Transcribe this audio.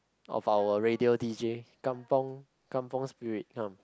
of our radio d_j Kampung Kampung spirit come